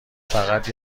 فقط